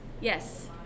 Yes